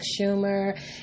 Schumer